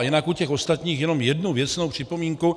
Jinak u těch ostatních jenom jednu věcnou připomínku.